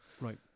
Right